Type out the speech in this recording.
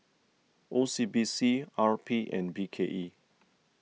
O C B C R P and B K E